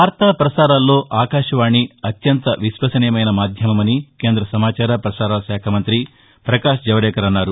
వార్తా ప్రసారాల్లో ఆకాశవాణి అత్యంత విశ్వసనీయమైన మాధ్యమమని కేంద్ర సమాచార పసార శాఖ మంత్రి ప్రకాష్ జవదేకర్ అన్నారు